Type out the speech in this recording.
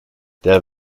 ein